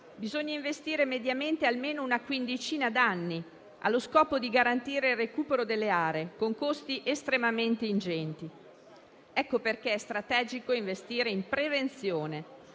bisogna investire mediamente almeno una quindicina d'anni, allo scopo di garantire il recupero delle aree, con costi estremamente ingenti. Per questo motivo è strategico investire in prevenzione,